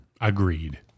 Agreed